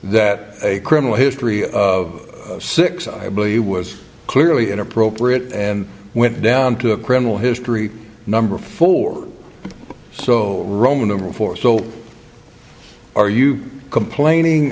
that a criminal history of six i believe you were clearly inappropriate and went down to a criminal history number four so roman numeral for so are you complaining